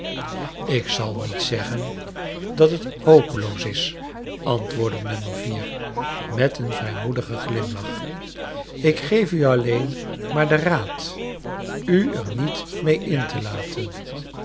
ik zal niet zeggen dat het hopeloos is antwoordde no met een vrijmoedigen glimlaoh ik geef u alleen maar den raad u er niet mee in te laten